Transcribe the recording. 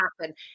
happen